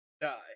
die